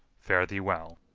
fare thee well.